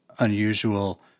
unusual